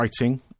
writing